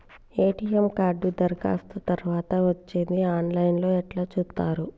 ATM card దరఖాస్తు తరువాత వచ్చేది ఆన్ లైన్ లో ఎట్ల చూత్తరు?